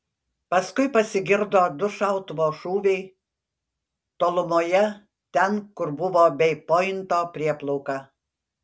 paskui pasigirdo du šautuvo šūviai tolumoje ten kur buvo bei pointo prieplauka